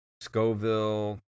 Scoville